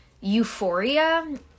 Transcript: Euphoria